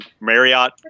Marriott